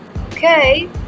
okay